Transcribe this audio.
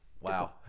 Wow